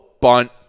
Bunt